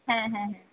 হ্যাঁ হ্যাঁ হ্যাঁ